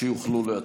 שיוכלו להצביע.